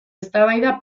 eztabaida